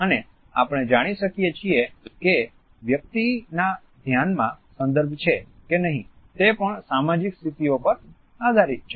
અને આપણે જાણી શકીએ છીએ કે વ્યકિતના ધ્યાનમાં સંદર્ભ છે કે નહિ તે પણ સામાજીક સ્થિતિઓ પર આધારીત છે